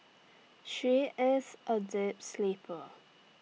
she is A deep sleeper